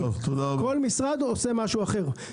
כל משרד עושה משהו אחר.